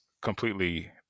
completely